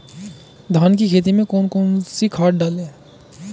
धान की खेती में कौन कौन सी खाद डालें?